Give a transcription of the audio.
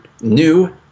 new